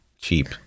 cheap